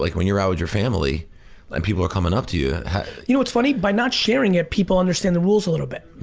like when you're out with your family and people are coming up to you you know, what's funny, by not sharing it, people understand the rules a little bit. yeah.